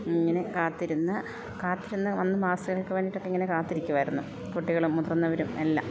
ഇങ്ങനെ കാത്തിരുന്ന് കാത്തിരുന്ന് വന്ന് മാസികകൾക്ക് വേണ്ടിയിട്ടൊക്കെ ഇങ്ങനെ കാത്തിരിക്കുമായിരുന്നു കുട്ടികളും മുതിർന്നവരും എല്ലാം